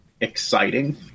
exciting